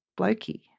blokey